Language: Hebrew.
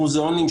המוזיאונים,